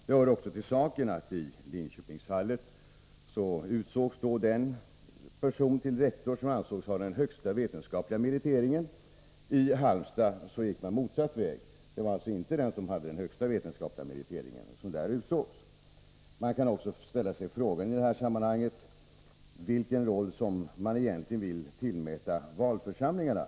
Det hör också till saken att i Linköpingsfallet utsågs den person till rektor som ansågs ha den högsta vetenskapliga meriteringen. I Halmstad gick regeringen motsatt väg — där var det alltså inte den som hade den högsta vetenskapliga meriteringen som utsågs. I sammanhanget kan också frågan ställas vilken roll man egentligen vill tillmäta valförsamlingarna.